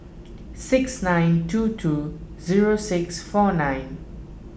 six nine two two zero six four nine